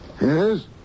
Yes